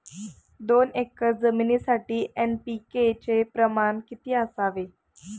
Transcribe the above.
दोन एकर जमिनीसाठी एन.पी.के चे प्रमाण किती असावे?